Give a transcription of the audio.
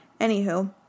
anywho